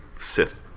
Sith